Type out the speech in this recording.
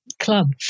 Club